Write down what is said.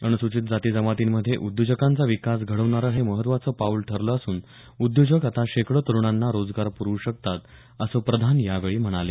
अनुसूचित जाती जमातींमधे उद्योजकांचा विकास घडवणारं हे महत्वाचं पाऊल ठरलं असून उद्योजक आता शेकडो तरुणांना रोजगार पुरवू शकतात असं प्रधान यावेळी म्हणाले